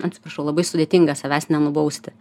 atsiprašau labai sudėtinga savęs nenubausti